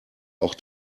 auch